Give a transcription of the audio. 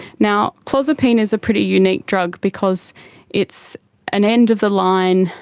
now, clozapine is a pretty unique drug because it's an end of the line,